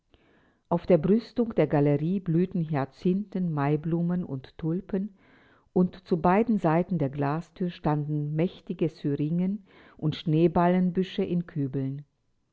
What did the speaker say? auf der brüstung der galerie blühten hyacinthen maiblumen und tulpen und zu beiden seiten der glasthür standen mächtige syringen und schneeballenbüsche in kübeln